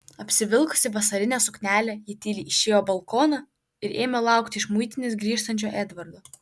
apsivilkusi vasarinę suknelę ji tyliai išėjo balkoną ir ėmė laukti iš muitinės grįžtančio edvardo